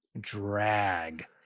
drag